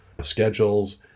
schedules